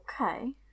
Okay